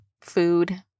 food